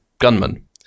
gunman